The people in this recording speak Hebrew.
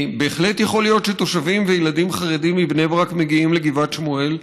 בהחלט יכול להיות שתושבים וילדים חרדים מבני ברק מגיעים לגבעת שמואל,